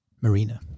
Marina